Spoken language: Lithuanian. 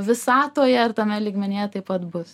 visatoje ir tame lygmenyje taip pat bus